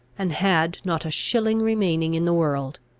and had not a shilling remaining in the world.